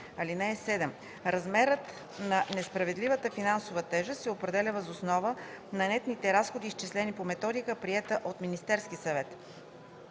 7 и 8: „(7) Размерът на несправедливата финансова тежест се определя въз основа на нетните разходи, изчислени по методика, приета от Министерския съвет.